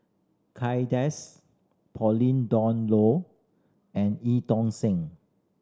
Kay Das Pauline Dawn Loh and Eu Tong Sen